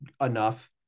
enough